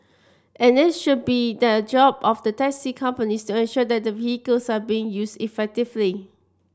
and it should be the job of the taxi companies to ensure that the vehicles are being used effectively